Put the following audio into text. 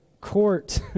court